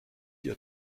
ihr